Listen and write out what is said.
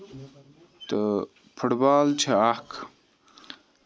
تہٕ football چھُ اکھ